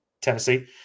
Tennessee